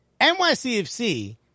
NYCFC